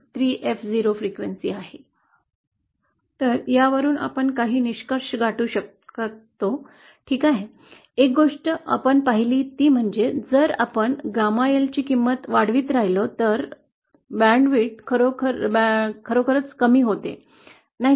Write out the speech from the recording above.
आपण काही निष्कर्ष गाठू शकतो ठीक आहे एक गोष्ट आपण पाहिली ती म्हणजे जर आपण गॅमा एलची किंमत वाढवत राहिलो तर बँडची रुंदी खरोखरच कमी होते नाही का